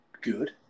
good